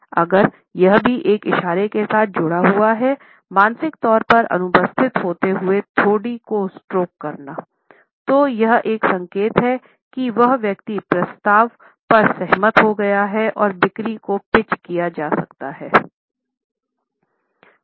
अगर यह भी एक इशारे के साथ जुड़ा हुआ हैमानसिक तोर पर अनुपस्थित होते हुए ठोड़ी को स्ट्रोक करना तो यह एक संकेत है कि वह व्यक्ति प्रस्ताव पर सहमत हो गया है और बिक्री को पिच किया जा सकता है